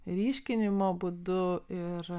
ryškinimo būdu ir